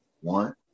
One